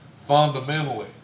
fundamentally